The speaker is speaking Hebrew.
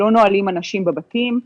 לא נועלים אנשים בבתים.